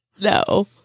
No